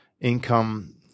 income